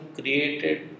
created